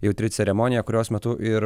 jautri ceremonija kurios metu ir